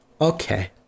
Okay